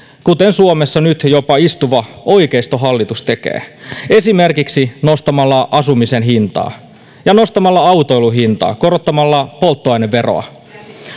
kuten suomessa nyt jopa istuva oikeistohallitus tekee esimerkiksi nostamalla asumisen hintaa ja nostamalla autoilun hintaa korottamalla polttoaineveroa